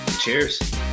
cheers